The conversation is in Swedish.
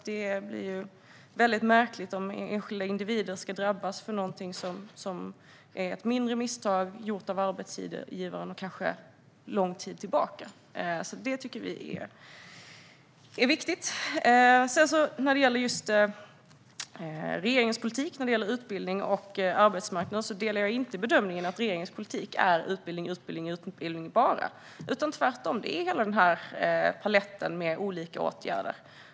Det blir väldigt märkligt om enskilda individer ska drabbas för ett mindre misstag från arbetsgivarens sida som kanske har skett för länge sedan. Jag delar inte bedömningen att regeringens politik för utbildning och arbetsmarknad endast består av utbildning, utbildning och utbildning. Tvärtom utgörs den av en hel palett av olika åtgärder.